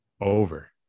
Over